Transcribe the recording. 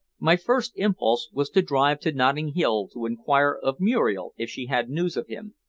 my first impulse was to drive to notting hill to inquire of muriel if she had news of him,